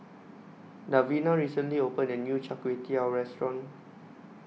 Davina recently opened A New Char Kway Teow Restaurant